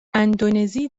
اندونزی